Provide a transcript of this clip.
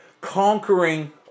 conquering